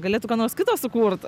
galėtų ką nors kito sukurt